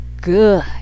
good